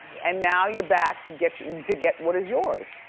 and now, you're back to get to get what is yours.